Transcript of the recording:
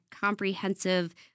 comprehensive